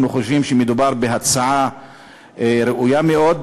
אנחנו חושבים שמדובר בהצעה ראויה מאוד,